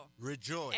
rejoice